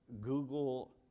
Google